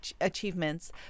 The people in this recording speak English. achievements